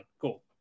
cool